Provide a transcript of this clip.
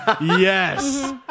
Yes